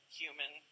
human